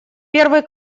первый